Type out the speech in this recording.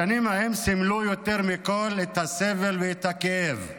השנים ההן סימלו יותר מכול את הסבל ואת הכאב,